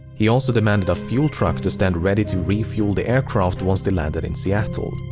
he also demanded a fuel truck to stand ready to refuel the aircraft once they landed in seattle.